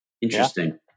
Interesting